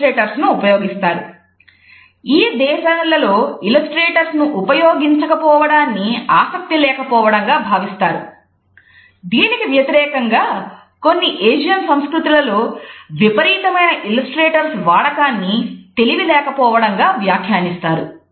illustrators వాడకాన్ని తెలివి లేకపోవడం గా వ్యాఖ్యానిస్తారు